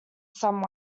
some